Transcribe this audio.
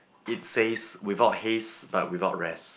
it says without haste but without rest